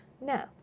No